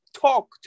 talk